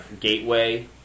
Gateway